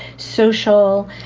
social,